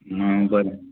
ना बरें